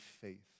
faith